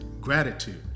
gratitude